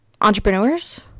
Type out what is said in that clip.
entrepreneurs